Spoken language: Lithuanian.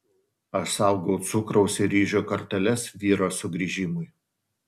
aš saugau cukraus ir ryžių korteles vyro sugrįžimui